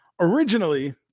originally